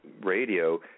radio